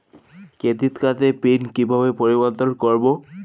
Credit কার্ডের pin কিভাবে পরিবর্তন করবো?